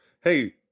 hey